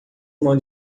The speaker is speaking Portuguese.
irmão